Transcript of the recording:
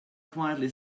quietly